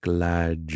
Glad